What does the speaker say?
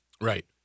Right